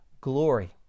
glory